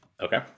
Okay